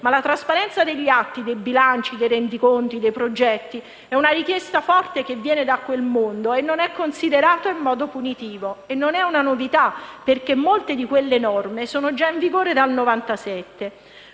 ma la trasparenza degli atti, dei bilanci, dei rendiconti e dei progetti è una richiesta forte che viene da quel mondo e non è considerata in modo punitivo. E non è una novità, perché molte di quelle norme sono già in vigore dal 1997.